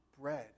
bread